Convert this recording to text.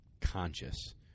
conscious